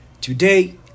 Today